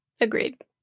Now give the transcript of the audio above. agreed